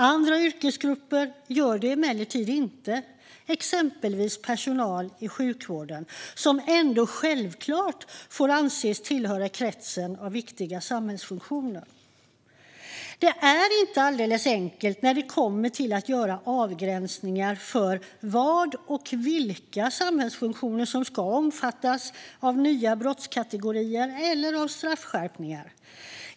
Andra yrkesgrupper gör det emellertid inte, exempelvis personal i sjukvården som ändå självklart får anses tillhöra kretsen av viktiga samhällsfunktioner. Det är inte alldeles enkelt att göra avgränsningar för vad och vilka samhällsfunktioner som ska omfattas av nya brottskategorier eller straffskärpningar.